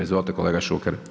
Izvolite kolega Šuker.